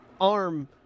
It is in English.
arm